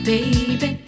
Baby